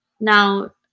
now